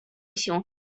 się